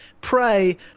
pray